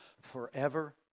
forever